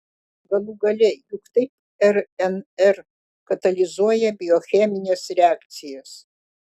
galų gale juk taip rnr katalizuoja biochemines reakcijas